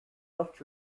not